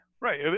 right